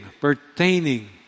pertaining